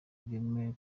bwemewe